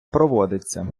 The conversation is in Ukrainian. проводиться